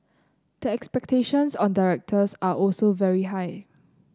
the expectations on directors are also very high